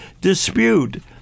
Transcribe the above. dispute